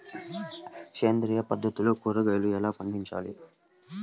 సేంద్రియ పద్ధతిలో కూరగాయలు ఎలా పండించాలి?